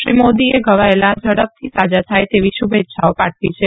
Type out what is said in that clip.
શ્રી મોદીએ ઘવાયેલા ઝડપથી સાજા થાય તેવી શુભેચ્છાઓ પાઠવી છે